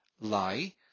lie